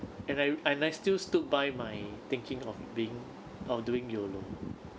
and I I still stood by my thinking of being of or doing YOLO